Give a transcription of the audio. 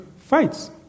fights